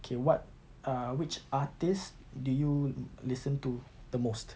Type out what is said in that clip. okay what uh which artist do you listen to the most